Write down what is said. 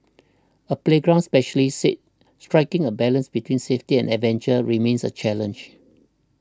a playground specialist said striking a balance between safety and adventure remains a challenge